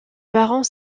parents